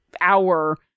hour